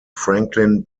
franklin